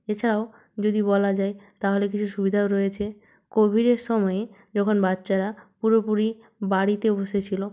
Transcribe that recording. এছাড়াও যদি বলা যায় তাহলে কিছু সুবিধাও রয়েছে কোভিডের সময়ে যখন বাচ্চারা পুরোপুরি বাড়িতে বসে ছিল